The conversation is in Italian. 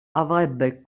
avrebbe